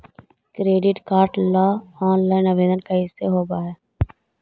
Credit card ल online आवेदन कैसे होब है?